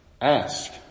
Ask